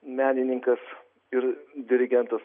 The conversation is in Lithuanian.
menininkas ir dirigentas